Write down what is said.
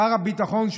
שר הביטחון,